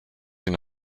une